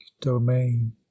domain